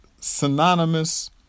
synonymous